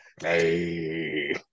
Hey